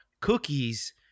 cookies